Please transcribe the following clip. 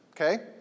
okay